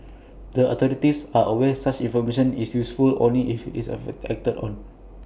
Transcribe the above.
the authorities are aware such information is useful only if IT is acted on